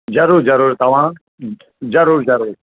ज़रूर ज़रूर तव्हां ज़रूर ज़रूर